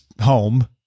home